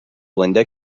linda